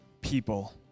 people